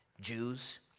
Jews